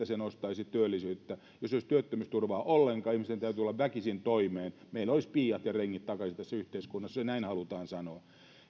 se nostaisi työllisyyttä jos ei olisi työttömyysturvaa ollenkaan ihmisten täytyisi tulla väkisin toimeen meillä olisivat piiat ja rengit takaisin tässä yhteiskunnassa jos näin halutaan sanoa